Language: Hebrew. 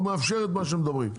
מאפשר את מה שמדברים.